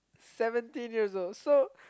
seventeen years old so